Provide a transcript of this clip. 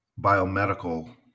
biomedical